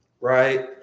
right